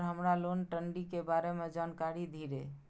Sir हमरा loan टंगी के बारे में जान कारी धीरे?